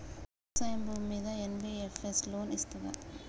వ్యవసాయం భూమ్మీద NBFS loan ఇస్తదా?